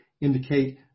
indicate